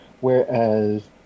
Whereas